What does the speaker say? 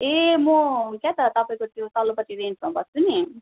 ए म के त तपाईँको त्यो तल्लोपट्टि रेन्टमा बस्छु नि